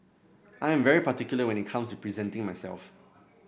I am very particular when it comes to presenting myself